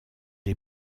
est